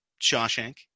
Shawshank